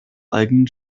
eigenen